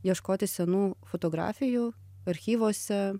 ieškoti senų fotografijų archyvuose